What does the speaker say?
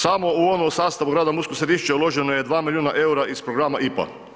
Samo u ovom sastavu rada u Mursko Središće uloženo je 2 milijuna EUR-a iz programa IPA.